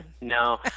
no